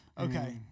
Okay